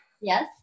Yes